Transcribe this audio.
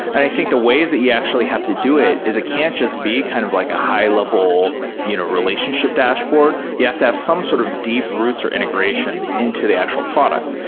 and i think the ways that you actually have to do it is it can't just be kind of like a high-level you know relationship dashboard. you have to have some sort of deep roots or integrations into the actual product.